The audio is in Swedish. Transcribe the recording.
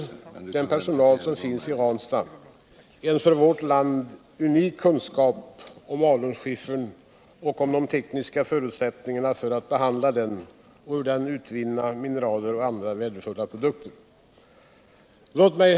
representerar den personal som finns I Ranstad en för vårt land unik kunskap om alunskiffern och om de tekniska tförutsättningarna för att behandla den och ur den utvinna mineraler och andra värdefulla produkter. Låt mig.